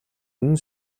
үнэн